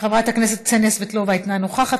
חברת הכנסת קסניה סבטלובה, אינה נוכחת,